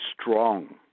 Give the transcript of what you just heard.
strong